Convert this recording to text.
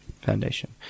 Foundation